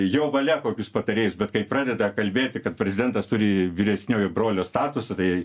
jo valia kokius patarėjus bet kai pradeda kalbėti kad prezidentas turi vyresniojo brolio statusą tai